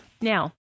Now